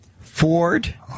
Ford